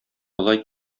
болай